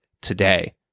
today